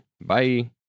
Bye